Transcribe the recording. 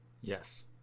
Yes